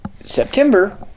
September